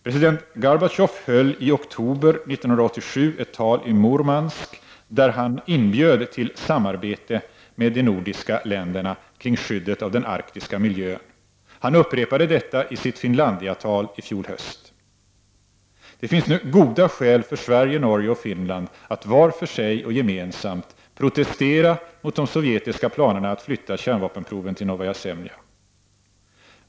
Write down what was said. President Gorbatjov höll i oktober 1987 ett tal i Murmansk, där han inbjöd till samarbete med de nordiska länderna kring skyddet av den arktiska miljön. Han upprepade detta i sitt Finlandiatal i fjol höst. Det finns nu goda skäl för Sverige, Norge och Finland att var för sig och gemensamt protestera mot de sovjetiska planerna att flytta kärnvapenproven till Novaja Semlja.